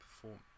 perform